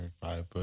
five